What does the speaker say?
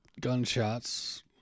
gunshots